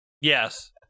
Yes